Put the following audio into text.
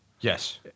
Yes